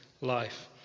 life